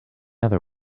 other